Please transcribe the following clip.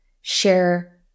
share